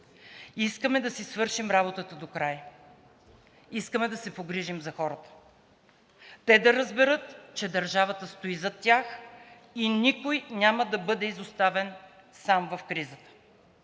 Искаме да си свършим работата докрай. Искаме да се погрижим за хората. Те да разберат, че държавата стои зад тях и никой няма да бъде изоставен сам в кризата.